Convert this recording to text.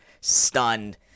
stunned